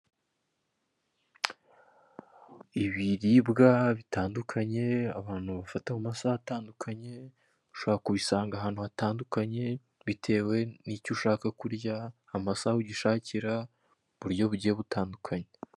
Ibiribwa bitandukanye abantu bafata mu masaha atandukanye, ushobora kubisanga ahantu hatandukanye bitewe n'icyo ushaka kurya, amasaha ugishashakira, uburyo bugiye butandukanye.